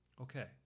Okay